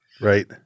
Right